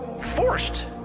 forced